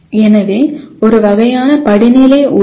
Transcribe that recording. எனவே ஒரு வகையான படிநிலை உள்ளது